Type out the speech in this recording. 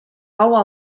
kaua